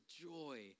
joy